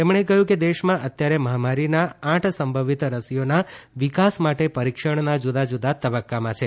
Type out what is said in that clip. તેમણે કહ્યું કે દેશમાં અત્યારે મહામારીના આઠ સંભવિત રસીઓના વિકાસ માટે પરિક્ષણના જુદા જુદા તબ્બકામાં છે